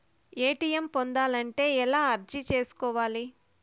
ATM పొందాలంటే ఎలా అర్జీ సేసుకోవాలి?